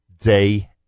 day